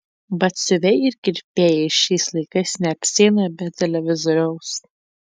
batsiuviai ir kirpėjai šiais laikais neapsieina be televizoriaus